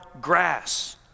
grass